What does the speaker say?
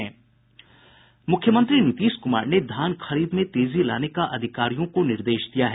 मूख्यमंत्री नीतीश कुमार ने धान खरीद में तेजी लाने का अधिकारियों को निर्देश दिया है